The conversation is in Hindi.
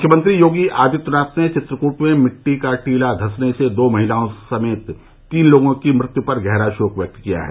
मुख्यमंत्री योगी आदित्यनाथ ने चित्रकूट में मिट्टी का टीला धंसने से दो महिलाओं समेत तीन लोगों की मृत्यू पर गहरा शोक व्यक्त किया है